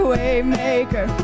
Waymaker